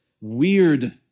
weird